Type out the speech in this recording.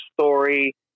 story